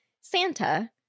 Santa-